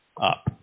up